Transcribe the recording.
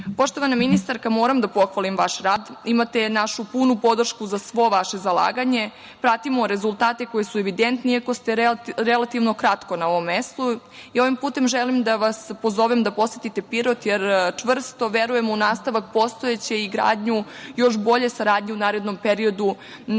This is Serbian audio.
toplane. Poštovana ministarka, moram da pohvalim vaš rad. Imate našu punu podršku za svo vaše zalaganje. Pratimo rezultate koji su evidentni, iako ste relativno kratko na ovom mestu. Ovim putem želim da vas pozovem da posetite Pirot, jer čvrsto verujemo u nastavak postojeće i gradnju još bolje saradnje u narednom periodu na